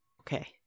okay